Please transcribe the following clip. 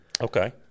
Okay